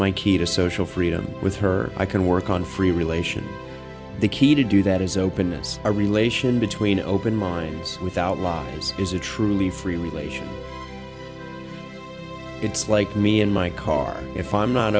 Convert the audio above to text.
my key to social freedom with her i can work on free relations the key to do that is openness our relation between open minds without law is a truly free relation it's like me in my car if i'm not